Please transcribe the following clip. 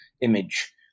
image